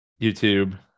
YouTube